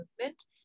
movement